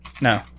No